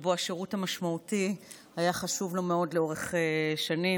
שבו השירות המשמעותי היה חשוב לו מאוד לאורך שנים.